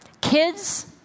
Kids